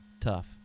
Tough